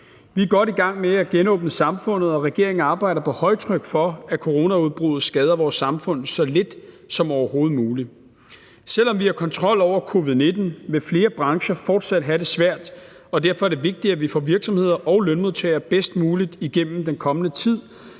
Vi er godt i gang med at genåbne samfundet, og regeringen arbejder på højtryk for, at coronaudbruddet skader vores samfund så lidt som overhovedet muligt. Selv om vi har kontrol over covid-19, vil flere brancher fortsat have det svært, og derfor er det vigtigt, at vi får virksomheder og lønmodtagere bedst muligt igennem den kommende tid